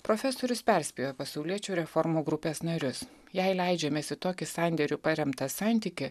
profesorius perspėjo pasauliečių reformų grupės narius jei leidžiamės į tokį sandėriu paremtą santykį